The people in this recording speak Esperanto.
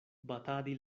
batadi